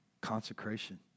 consecration